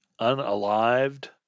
Unalived